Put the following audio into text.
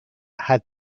had